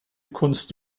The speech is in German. kunst